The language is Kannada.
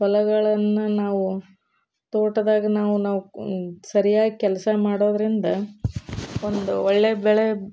ಹೊಲಗಳನ್ನು ನಾವು ತೋಟದಾಗ ನಾವು ನಾವು ಸರ್ಯಾಗಿ ಕೆಲಸ ಮಾಡೋದರಿಂದ ಒಂದು ಒಳ್ಳೆಯ ಬೆಳೆ